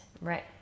Right